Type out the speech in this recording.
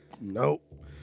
Nope